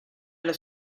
los